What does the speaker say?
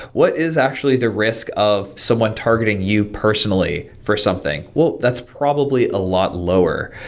what is actually the risk of someone targeting you personally for something? well, that's probably a lot lower.